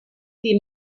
die